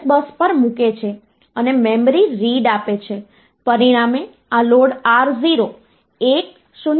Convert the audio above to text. તેથી 5 ને 2 વડે ભાગવા થી આપણને 2 મળ્યા છે